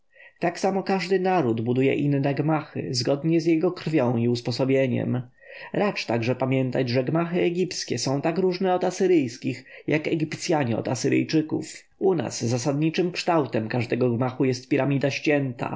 tak samo każdy naród buduje inne gmachy zgodne z jego krwią i usposobieniem racz także pamiętać że gmachy egipskie są tak różne od asyryjskich jak fenicjanie od asyryjczyków u nas zasadniczym kształtem każdego gmachu jest piramida ścięta